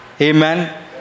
Amen